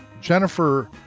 Jennifer